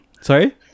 Sorry